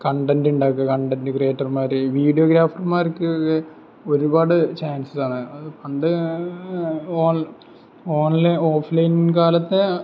content ഉണ്ടാക്കുക content ക്രിയേറ്റർമാർ video ഗ്രാഫർമാർക്ക് ഒരുപാട് ചാൻസ് ആണ് അത് പണ്ട് ഓൺലൈൻ ഓഫ്ലൈൻ കാലത്തെ